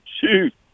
shoot